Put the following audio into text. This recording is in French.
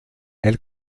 elle